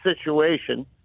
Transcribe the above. situation